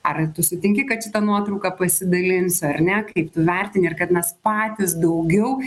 ar tu sutinki kad šita nuotrauka pasidalins ar ne kaip tu vertini ir kad mes patys daugiau